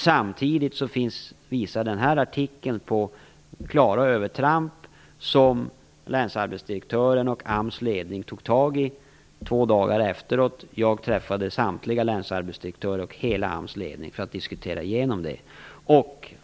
Samtidigt visar denna artikel på klara övertramp. Länsarbetsdirektörerna och AMS ledning tog tag i detta två dagar efteråt. Jag träffade samtliga länsarbetsdirektörer och hela AMS ledning för att diskutera igenom detta.